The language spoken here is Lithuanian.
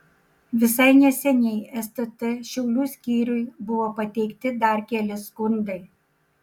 visai neseniai stt šiaulių skyriui buvo pateikti dar keli skundai